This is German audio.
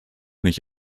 nicht